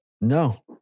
No